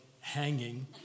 hanging